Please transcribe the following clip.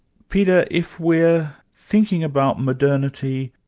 peter, if we're thinking about modernity,